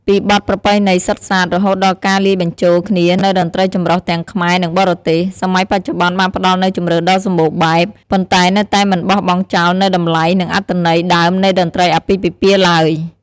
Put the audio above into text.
ពីបទប្រពៃណីសុទ្ធសាធ រហូតដល់ការលាយបញ្ចូលគ្នានូវតន្ត្រីចម្រុះទាំងខ្មែរ និងបរទេស សម័យបច្ចុប្បន្នបានផ្តល់នូវជម្រើសដ៏សម្បូរបែប ប៉ុន្តែនៅតែមិនបោះបង់ចោលនូវតម្លៃ និងអត្ថន័យដើមនៃតន្ត្រីអាពាហ៍ពិពាហ៍ឡើយ។